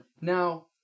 Now